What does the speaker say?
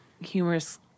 humorous